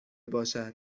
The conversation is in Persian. باشد